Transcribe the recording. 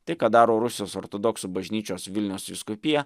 tai ką daro rusijos ortodoksų bažnyčios vilniaus vyskupija